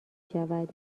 شود